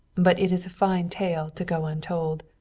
but it is a fine tale to go untold.